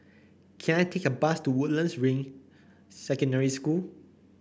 can I take a bus to Woodlands Ring Secondary School